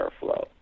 airflow